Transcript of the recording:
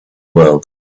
world